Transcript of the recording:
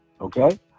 okay